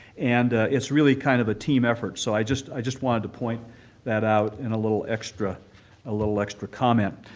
and it's really kind of a team effort. so i just i just wanted to point that out in a little extra a little extra comment.